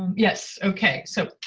yes, okay. so